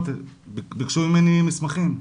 ביקשו ממני מסמכים,